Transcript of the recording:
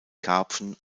karpfen